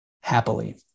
happily